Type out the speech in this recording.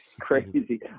crazy